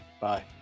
Bye